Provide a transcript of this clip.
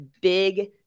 big